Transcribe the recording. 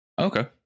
Okay